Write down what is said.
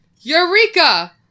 Eureka